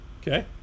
Okay